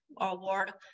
Award